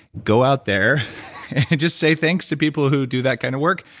go out there and just say thanks to people who do that kind of work.